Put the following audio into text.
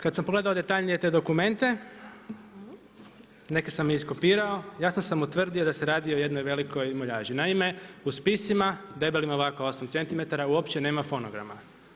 Kada sam pogledao detaljnije te dokumente, neke sam i iskopirao, jasno sam utvrdio da se radi o jednoj velikoj muljaži, naime, u spisima debelim ovako 8 centimetrima, uopće nema fonograma.